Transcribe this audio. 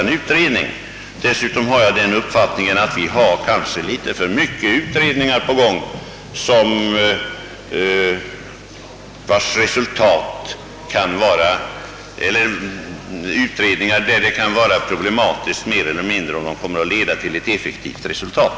De åtgärderna kan vidtas utan utredning. Jag har den uppfattningen att vi kanske har litet för mycket av utredningar på gång, däribland åtskilliga, där det kan vara mer eller mindre problematiskt, om de kommer att leda till ett effektivt resultat.